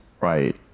Right